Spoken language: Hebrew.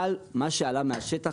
אלא שמהשטח